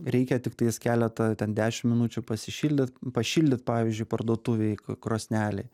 reikia tiktais keletą ten dešim minučių pasišildyt pašildyt pavyzdžiui parduotuvėj krosnelėj